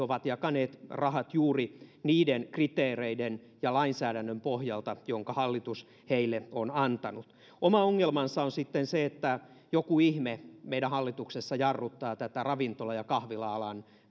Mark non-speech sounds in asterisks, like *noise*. *unintelligible* ovat jakaneet rahat juuri niiden kriteereiden ja lainsäädännön pohjalta jonka hallitus heille on antanut oma ongelmansa on sitten se että joku ihme meidän hallituksessa jarruttaa tätä ravintola ja kahvila alan